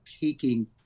taking